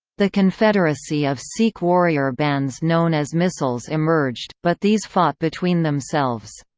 the confederacy of sikh warrior bands known as misls emerged, but these fought between themselves.